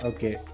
Okay